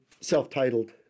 self-titled